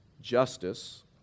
justice